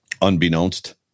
Unbeknownst